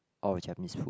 all Japanese food